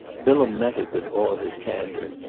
bilham met it with all his candour.